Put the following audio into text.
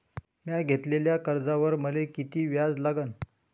म्या घेतलेल्या कर्जावर मले किती व्याज लागन?